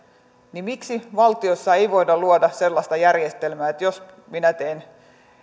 niin miksi valtiossa ei voida luoda sellaista järjestelmää että jos minä teen